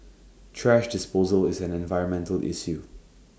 thrash disposal is an environmental issue